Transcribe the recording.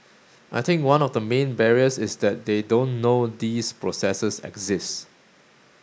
I think one of the main barriers is that they don't know these processes exist